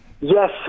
Yes